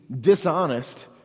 dishonest